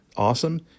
Awesome